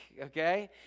okay